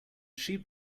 sheep